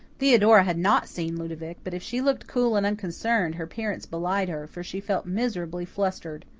theodora had not seen ludovic, but if she looked cool and unconcerned, her appearance belied her, for she felt miserably flustered.